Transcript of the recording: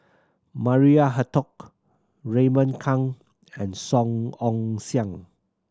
Maria Hertogh Raymond Kang and Song Ong Siang